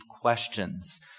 questions